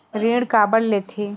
ऋण काबर लेथे?